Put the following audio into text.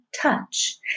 touch